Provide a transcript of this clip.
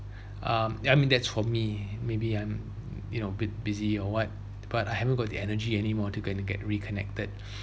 um yeah I mean that's for me maybe I'm you know a bit busy or what but I haven't got the energy anymore to kinda get reconnected